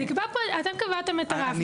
אתם קבעתם את הרף.